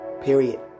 Period